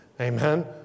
Amen